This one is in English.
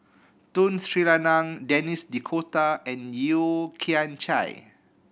Tun Sri Lanang Denis D'Cotta and Yeo Kian Chye